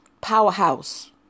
powerhouse